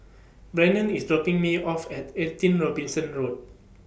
Brannon IS dropping Me off At eighteen Robinson Road